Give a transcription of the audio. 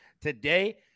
Today